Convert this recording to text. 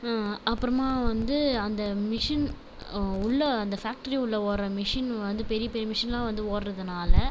அப்புறமா வந்து அந்த மிஷின் உள்ளே அந்த ஃபேக்ட்ரி உள்ளே ஓடுற மிஷின் வந்து பெரிய பெரிய மிஷின்லாம் வந்து ஓடுறதுனால